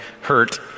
hurt